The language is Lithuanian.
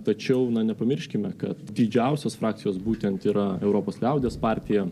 tačiau nepamirškime kad didžiausios frakcijos būtent yra europos liaudies partija